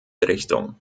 richtung